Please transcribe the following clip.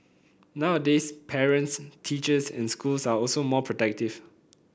nowadays parents teachers and schools are also more protective